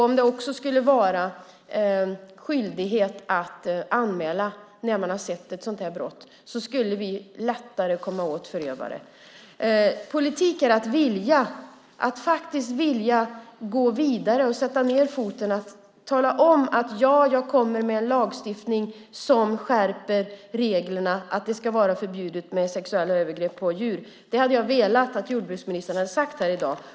Om det blir en skyldighet att anmäla när man har sett ett sådant brott kan vi lättare komma åt förövarna. Politik är att faktiskt vilja gå vidare, sätta ned foten och säga att vi nu ska införa en lagstiftning som skärper reglerna - att det ska vara förbjudet med sexuella övergrepp på djur. Jag hade velat att jordbruksministern hade sagt detta i dag.